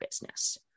business